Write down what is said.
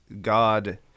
God